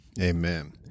Amen